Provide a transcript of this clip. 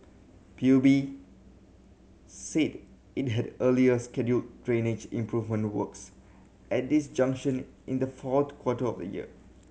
P U B said it had earlier scheduled drainage improvement works at this junction in the fourth quarter of the year